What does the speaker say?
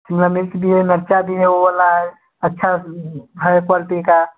शिमला मिर्च भी है मिर्च भी है वो वाला अच्छा है क्वालिटी का